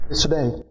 today